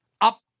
up